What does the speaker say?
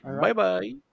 Bye-bye